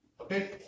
okay